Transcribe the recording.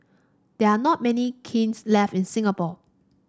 there are not many kilns left in Singapore